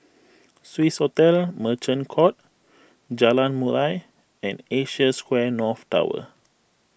Swissotel Merchant Court Jalan Murai and Asia Square North Tower